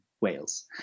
Wales